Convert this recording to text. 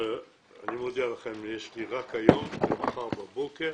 אני מודיע לכם שיש לי רק היום ומחר בבוקר